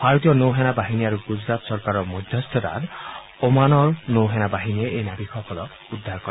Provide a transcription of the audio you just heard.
ভাৰতীয় নৌসেনা বাহিনী আৰু গুজৰাট চৰকাৰৰ মধ্যস্থতাত অমানৰ নৌসেনা বাহিনীয়ে এই নাবিকসকলক উদ্ধাৰ কৰে